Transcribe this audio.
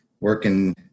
working